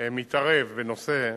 מתערב בנושא,